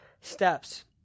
steps